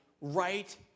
right